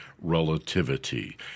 relativity